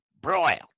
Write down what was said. broiled